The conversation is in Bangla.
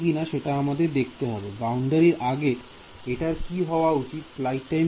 Student বাউন্ডারির আগে এটার কি হওয়া উচিত স্লাইড টাইম 0351 লক্ষ্য করুন